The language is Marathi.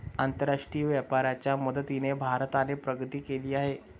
आंतरराष्ट्रीय व्यापाराच्या मदतीने भारताने प्रगती केली आहे